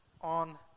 on